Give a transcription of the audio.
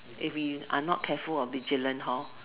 if we are not careful or vigilant hor